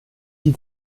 die